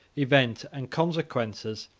event, and consequences,